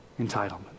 entitlement